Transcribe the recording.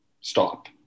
Stop